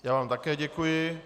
Já vám také děkuji.